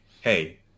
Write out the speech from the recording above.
hey